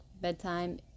bedtime